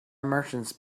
merchants